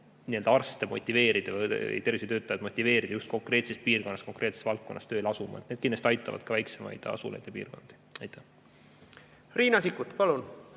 arste motiveerida või tervishoiutöötajaid motiveerida just konkreetses piirkonnas konkreetses valdkonnas tööle asuma. Need kindlasti aitavad ka väiksemaid asulaid ja piirkondi. Aitäh, hea Riigikogu